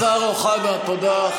השר אוחנה, תודה.